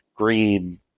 Green